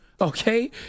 okay